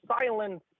Silence